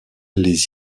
les